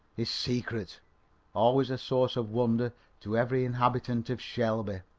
his secret always a source of wonder to every inhabitant of shelby,